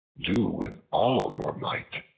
do with all your might.